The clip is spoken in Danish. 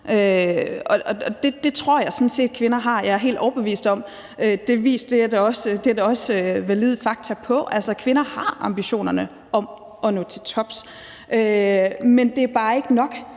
Det tror jeg sådan set kvinder har. Jeg er helt overbevist om – og det er der også valide fakta på – at kvinder har ambitionerne om at nå til tops, men det er bare ikke nok